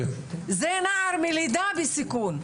זה נער מלידה בסיכון.